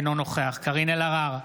אינו נוכח קארין אלהרר,